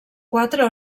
quatre